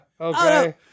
Okay